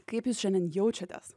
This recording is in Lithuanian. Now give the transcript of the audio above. kaip jūs šiandien jaučiatės